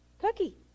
cookie